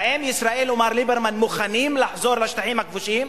האם ישראל ומר ליברמן מוכנים לחזור לשטחים הכבושים?